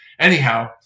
Anyhow